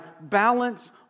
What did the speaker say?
balance